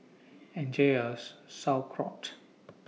Enjoy your Sauerkraut